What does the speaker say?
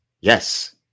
yes